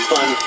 Fun